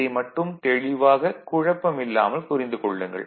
இதை மட்டும் தெளிவாக குழப்பமில்லாமல் புரிந்து கொள்ளுங்கள்